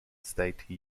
state